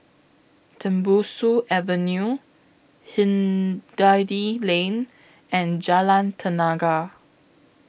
Tembusu Avenue Hindhede Lane and Jalan Tenaga